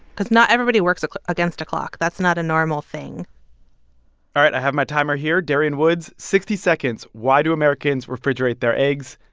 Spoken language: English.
cause not everybody works against a clock. that's not a normal thing all right. i have my timer here. darian woods, sixty seconds, why do americans refrigerate their eggs?